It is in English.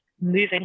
moving